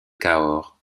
cahors